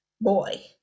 boy